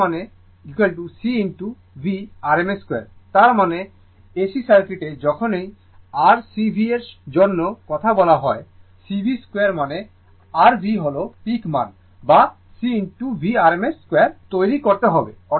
তার মানে C v rms 2 তার মানে AC সার্কিটে যখনই r C V এর জন্য কথা বলা হয় C V 2 মানে r V হল পিক মান বা C V rms 2 তৈরি করতে হবে